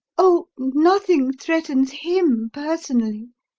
oh, nothing threatens him, personally,